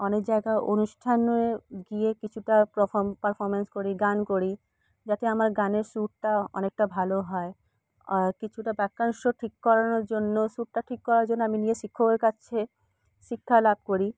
অনেক জায়গা অনুষ্ঠানে গিয়ে কিছুটা পারফর্ম পারফর্মেন্স করি গান করি যাতে আমার গানের সুরটা অনেকটা ভালো হয় কিছুটা বাক্যাংশ ঠিক করানোর জন্য সুরটা ঠিক করার জন্য আমি নিজে শিক্ষকের কাছে শিক্ষা লাভ করি